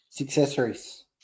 accessories